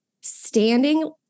standing